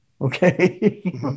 okay